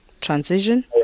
Transition